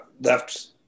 left